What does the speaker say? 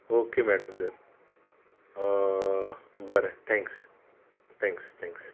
okay madam तर बरें thanks thanks thanks